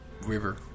river